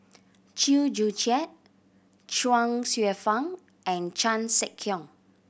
Chew Joo Chiat Chuang Hsueh Fang and Chan Sek Keong